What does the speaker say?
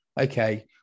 okay